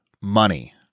money